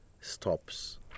stops